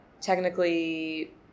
technically